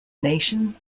nation